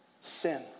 sin